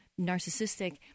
narcissistic